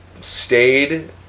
stayed